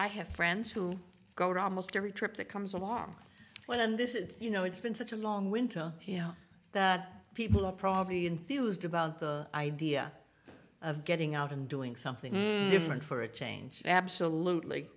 i have friends who go to almost every trip that comes along when this is you know it's been such a long winter you know that people are probably enthused about the idea of getting out and doing something different for a change absolutely